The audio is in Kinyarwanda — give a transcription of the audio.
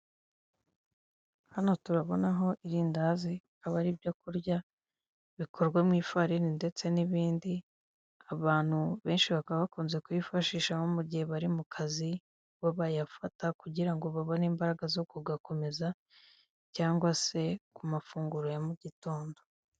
Hano turabonaho irindazi akaba ari ibyokurya bikorwa mwifarini ndetse nibindi abantu benshi bakaba bakunze kuyifashisha nko mugihe bari mukazi aho bayafata kugira ngo babone imbaraga zo kugakomeza cyangwa se kumafunguro ya mugitondo.